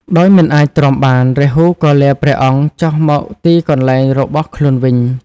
ដោយមិនអាចទ្រាំបាន រាហូក៏លាព្រះអង្គចុះមកទីកន្លែងរបស់ខ្លួនវិញ។